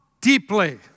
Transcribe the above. deeply